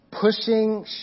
pushing